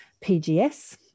PGS